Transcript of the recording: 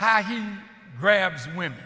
he grabs women